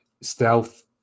Stealth